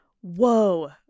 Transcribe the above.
Whoa